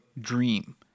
dream